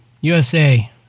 USA